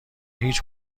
هیچ